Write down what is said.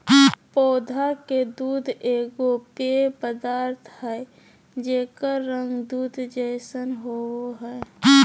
पौधा के दूध एगो पेय पदार्थ हइ जेकर रंग दूध जैसन होबो हइ